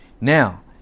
Now